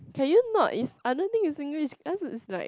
can you not is I don't think is Singlish cause it's like